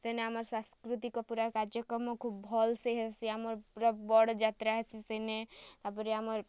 ସେନେ ଆମର ସାଂସ୍କୃତିକ ପୁରା କାର୍ଯ୍ୟକ୍ରମକୁ ଭଲ୍ସେ ହେସି ଆମର ପୁରା ବଡ଼୍ ଯାତ୍ରା ହେସି ସେନେ ତା'ର୍ପରେ ଆମର୍